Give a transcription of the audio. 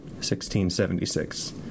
1676